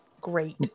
Great